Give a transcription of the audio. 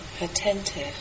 attentive